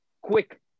quick